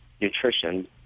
nutrition